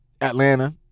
Atlanta